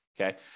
Okay